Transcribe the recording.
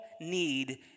need